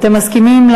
אתם מסכימים,